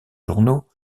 journaux